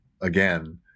Again